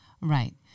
right